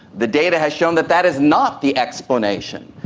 the data has shown that that is not the explanation.